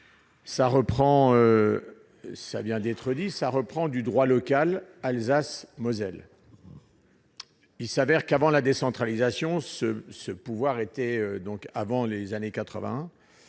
ça reprend du droit local Alsace Moselle. Il s'avère qu'avant la décentralisation ce ce pouvoir était donc avant les années 80